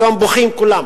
היום בוכים כולם,